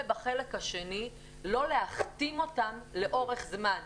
ומצד שני, לא להכתים אותם לאורך זמן.